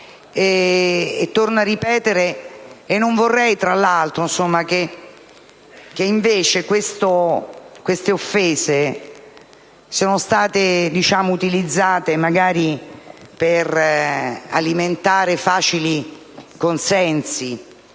delle istituzioni. Non vorrei che queste offese siano state utilizzate per alimentare facili consensi